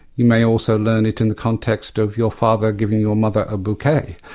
you may also learn it in the context of your father giving your mother a bouquet.